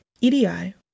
EDI